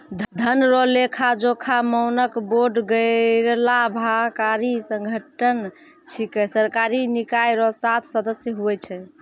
धन रो लेखाजोखा मानक बोर्ड गैरलाभकारी संगठन छिकै सरकारी निकाय रो सात सदस्य हुवै छै